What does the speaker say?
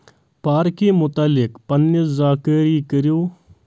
پاركہِ متعلق پنٕنہِ زانكٲری كٔرِو